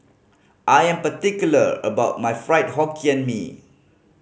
I'm particular about my Fried Hokkien Mee